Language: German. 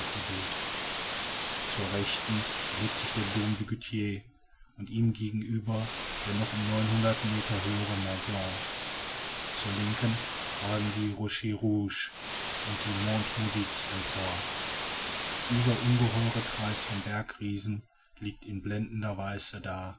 zur rechten erhebt sich der dom du goter und ihm gegenüber der noch meter höhere mont blanc zur linken ragen die rochers rouges und die monts maudits empor dieser ungeheure kreis von bergriesen liegt in blendender weiße da